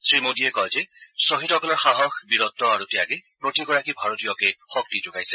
শ্ৰীমোদীয়ে কয় যে খহীদসকলৰ সাহস বীৰত্ আৰু ত্যাগে প্ৰতিগৰাকী ভাৰতীয়কে শক্তি যোগাইছে